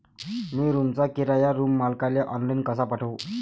मी रूमचा किराया रूम मालकाले ऑनलाईन कसा पाठवू?